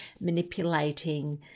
manipulating